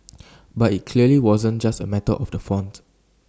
but IT clearly wasn't just A matter of the font